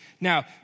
Now